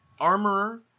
armorer